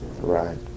Right